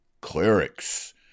clerics